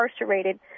incarcerated